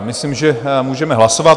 Myslím, že můžeme hlasovat.